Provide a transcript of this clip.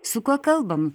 su kuo kalbam